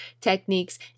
techniques